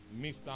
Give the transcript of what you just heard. Mr